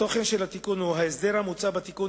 התוכן של התיקון הוא: ההסדר המוצע בתיקון,